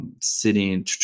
sitting